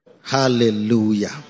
Hallelujah